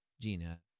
Gina